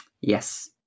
Yes